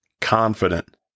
confident